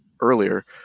earlier